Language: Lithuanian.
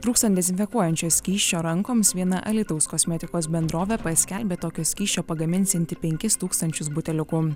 trūkstan dezinfekuojančio skysčio rankoms viena alytaus kosmetikos bendrovė paskelbė tokio skysčio pagaminsianti penkis tūkstančius buteliukų